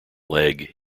leg